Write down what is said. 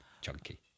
Chunky